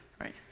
right